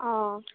অঁ